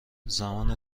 زمان